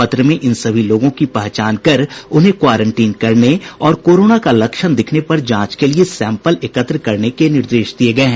पत्र में इन सभी लोगों की पहचान कर उन्हें क्वारंटीन करने और कोरोना का लक्षण दिखने पर जांच के लिये सैंपल एकत्र करने के निर्देश दिये गये हैं